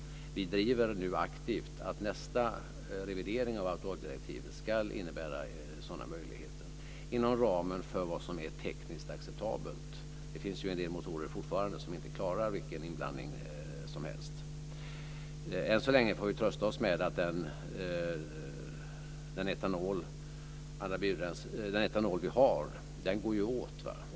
Vi driver nu aktivt att nästa revidering av Auto Oil-direktivet ska innebära sådana möjligheter inom ramen för vad som är tekniskt acceptabelt. Det finns fortfarande en del motorer som inte klarar vilken inblandning som helst. Vi får än så länge trösta oss med att den etanol som vi har går åt.